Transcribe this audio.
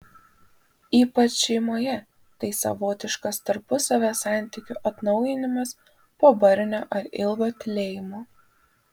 ypač šeimoje tai savotiškas tarpusavio santykių atnaujinimas po barnio ar ilgo tylėjimo